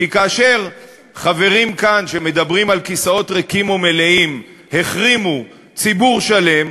כי כאשר חברים כאן שמדברים על כיסאות ריקים או מלאים החרימו ציבור שלם,